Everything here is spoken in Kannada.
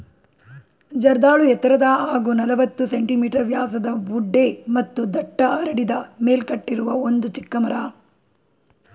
ಜರ್ದಾಳು ಎತ್ತರದ ಹಾಗೂ ನಲವತ್ತು ಸೆ.ಮೀ ವ್ಯಾಸದ ಬೊಡ್ಡೆ ಮತ್ತು ದಟ್ಟ ಹರಡಿದ ಮೇಲ್ಕಟ್ಟಿರುವ ಒಂದು ಚಿಕ್ಕ ಮರ